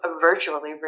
virtually